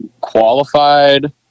Qualified